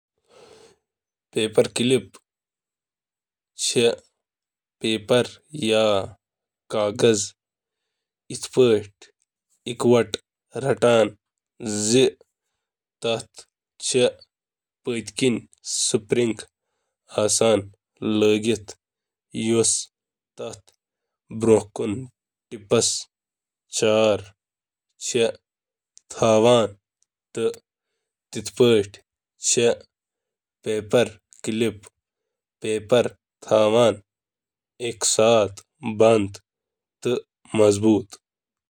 ییلہٕ کلپ کین دۄن "زبانن" درمیان چِھ اکھ اعتدال پسند تعداد منٛز شیٹ دٲخل یوان کرنہٕ، زبانہٕ ییہٕ الگ کرنہٕ تہٕ تار کس موڑ منٛز چِھ ٹارشن گژھان تاکہ چادرن یکوٹہٕ تھپھ ییہٕ کرنہٕ۔